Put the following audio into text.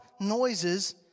noises